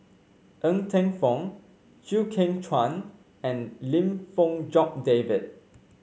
Ng Teng Fong Chew Kheng Chuan and Lim Fong Jock David